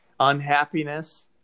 unhappiness